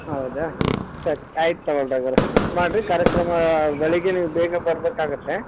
ಹೌದಾ ಸರಿ ಆಯ್ತು ತೊಗೊಳ್ರೀ ಹಾಗಾರೆ ಅಷ್ಟು ಮಾಡ್ರಿ ಕಾರ್ಯಕ್ರಮ ಬೆಳಿಗ್ಗೆ ನೀವು ಬೇಗ ಬರಬೇಕಾಗುತ್ತೆ